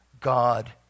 God